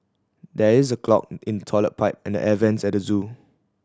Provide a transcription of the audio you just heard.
there is a clog in the toilet pipe and the air vents at the zoo